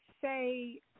say